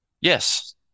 Yes